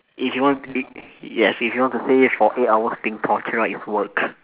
if you want i~ yes if you want to say for eight hours being tortured right it's work